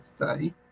today